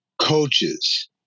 coaches